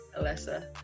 alessa